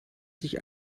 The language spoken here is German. sich